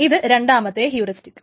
ഇത് രണ്ടാമത്തെ ഹ്യൂറിസ്റ്റിക്സ്